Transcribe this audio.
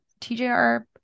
TJR